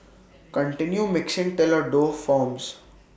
continue mixing till A dough forms